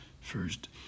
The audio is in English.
First